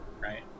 right